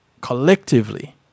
collectively